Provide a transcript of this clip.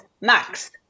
Max